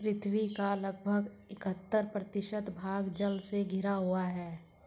पृथ्वी का लगभग इकहत्तर प्रतिशत भाग जल से घिरा हुआ है